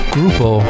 Grupo